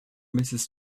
mrs